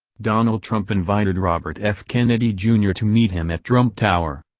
donald trump invited robert f. kennedy, jr. to meet him at trump tower.